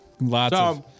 Lots